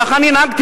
ככה אני נהגתי,